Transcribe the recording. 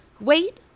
Wait